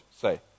say